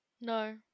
No